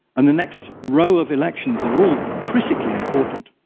and the next row of elections are all critically important.